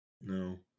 No